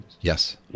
Yes